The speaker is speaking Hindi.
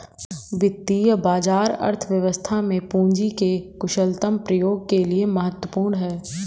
वित्तीय बाजार अर्थव्यवस्था में पूंजी के कुशलतम प्रयोग के लिए महत्वपूर्ण है